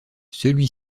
celui